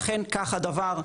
ואכן כך הדבר.